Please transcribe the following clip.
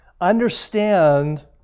understand